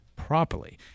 Properly